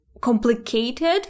complicated